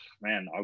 man